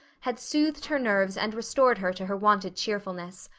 had soothed her nerves and restored her to her wonted cheerfulness.